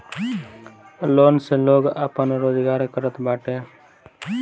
loan से लोग आपन रोजगार करत बाटे